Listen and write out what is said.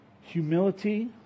Humility